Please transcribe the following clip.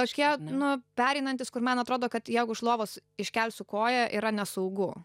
tokie nu pereinantys kur man atrodo kad jeigu iš lovos iškelsiu koją yra nesaugu